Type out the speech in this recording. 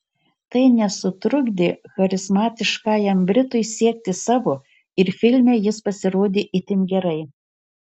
tai nesutrukdė charizmatiškajam britui siekti savo ir filme jis pasirodė itin gerai